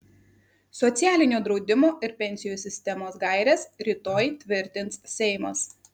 socialinio draudimo ir pensijų sistemos gaires rytoj tvirtins seimas